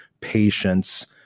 patience